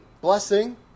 blessing